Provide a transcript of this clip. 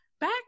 back